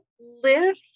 live